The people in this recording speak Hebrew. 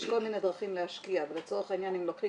יש כל מיני דרכים להשקיע ולצורך העניין אם נוטלים